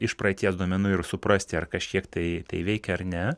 iš praeities duomenų ir suprasti ar kažkiek tai tai veikia ar ne